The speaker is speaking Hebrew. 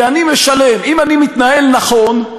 אם אני מתנהל נכון,